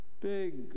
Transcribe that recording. big